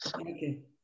Okay